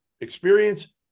experience